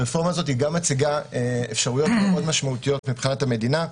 הרפורמה הזאת היא גם מציגה אפשרויות מאוד משמעותיות מבחינת המדינה,